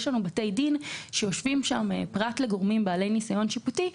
יש בתי דין שיושבים שם פרט לגורמים בעלי ניסיון שיפוטי,